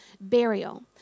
burial